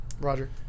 Roger